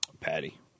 Patty